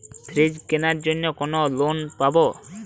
Fridge কেনার জন্য কি লোন পাব?